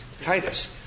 Titus